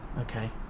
Okay